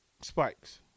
spikes